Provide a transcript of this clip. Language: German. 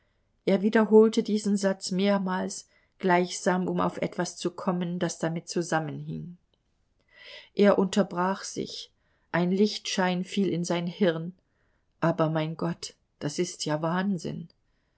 er wiederholte diesen satz mehrmals gleichsam um auf etwas zu kommen das damit zusammenhing er unterbrach sich ein lichtschein fiel in sein hirn aber mein gott das ist ja wahnsinn